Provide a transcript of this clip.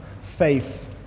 faith